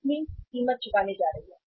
company कीमत चुकाने जा रही है